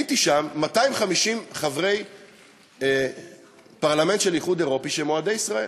גיליתי שם 250 חברי פרלמנט של האיחוד האירופי שהם אוהדי ישראל,